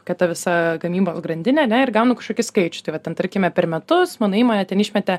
kad ta visa gamybos grandinė ane ir gaunu kažkokį skaičių tai va ten tarkime per metus mano įmonė ten išmetė